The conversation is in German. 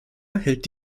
hält